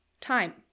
time